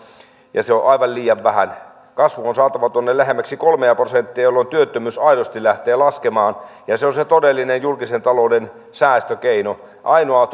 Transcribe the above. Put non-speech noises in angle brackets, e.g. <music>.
ja se on on aivan liian vähän kasvu on saatava tuonne lähemmäksi kolmea prosenttia jolloin työttömyys aidosti lähtee laskemaan se on se todellinen julkisen talouden säästökeino ainoa <unintelligible>